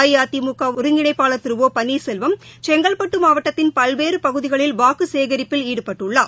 அஇஅதிமுக ஒருங்கிணைப்பாளர் திரு ஒ பள்ளீர்செல்வம் செங்கல்பட்டு மாவட்டத்தின் பல்வேறு பகுதிகளில் வாக்கு சேகரிப்பில் ஈடுபட்டுள்ளார்